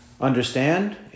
understand